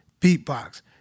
beatbox